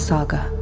Saga